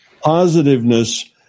positiveness